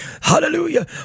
Hallelujah